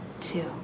two